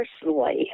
personally